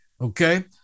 Okay